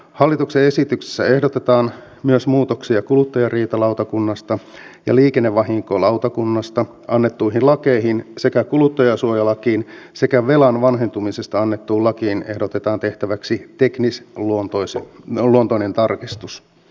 hallituksen esityksessä ehdotetaan myös muutoksia kuluttajariitalautakunnasta ja liikennevahinkolautakunnasta annettuihin lakeihin sekä kuluttajansuojalakiin sekä velan vanhentumisesta annettuun lakiin ehdotetaan tehtäväksi teknisluontoinen tarkistus